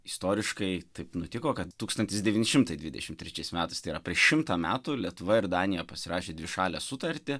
istoriškai taip nutiko kad tūkstantis devyni šimtai dvidešimt trečiais metais tai yra prieš šimtą metų lietuva ir danija pasirašė dvišalę sutartį